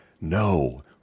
No